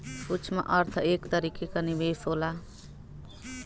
सूक्ष्म अर्थ एक तरीके क निवेस होला